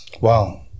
Wow